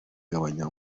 kugabanya